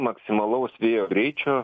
maksimalaus vėjo greičio